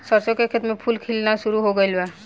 सरसों के खेत में फूल खिलना शुरू हो गइल बा